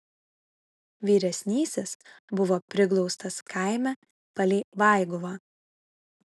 vyresnysis buvo priglaustas kaime palei vaiguvą